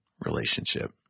relationship